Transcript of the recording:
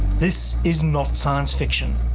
this is not science fiction,